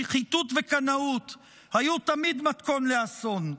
שחיתות וקנאות היו תמיד מתכון לאסון.